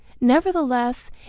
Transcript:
Nevertheless